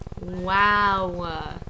Wow